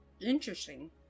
interesting